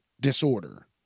disorder